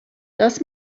das